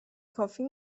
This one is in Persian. کافی